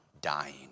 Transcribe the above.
dying